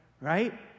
Right